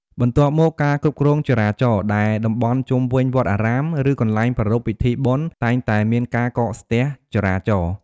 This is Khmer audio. បន្ទាប់មកការគ្រប់គ្រងចរាចរណ៍ ដែលតំបន់ជុំវិញវត្តអារាម ឬកន្លែងប្រារព្ធពិធីបុណ្យតែងតែមានការកកស្ទះចរាចរណ៍។